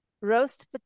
roast